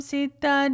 Sita